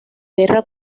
guerra